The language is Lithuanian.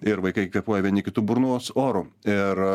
ir vaikai kvėpuoja vieni kitų burnos oru ir